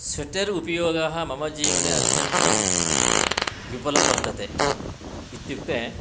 sweater उपयोगः मम जीवने अत्यन्तं विपलं वर्तते इत्युक्ते